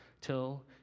till